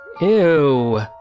Ew